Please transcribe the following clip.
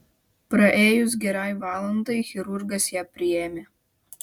praėjus gerai valandai chirurgas ją priėmė